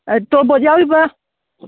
ꯑꯥ ꯇꯣꯔꯣꯕꯣꯠ ꯌꯥꯎꯔꯤꯕ